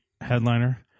headliner